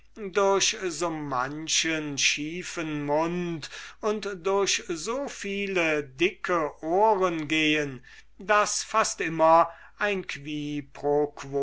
durch so manchen schiefen mund und durch so viele dicke ohren gehen daß fast immer ein